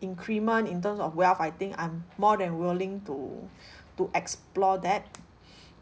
increment in terms of wealth I think I'm more than willing to to explore that